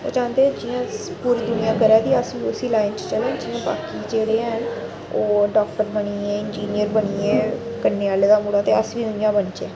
ओह् चांह्दे जियां पूरी दुनियां करै दी अस बी उसी लाइन च चलै बाकी जेह्ड़े हेन ओह डॉक्टर बनी गे इंजीनियर बनी गे कन्नेै आह्ले दा मुड़ा ते अस बी उ'यां गै बनचै